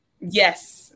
Yes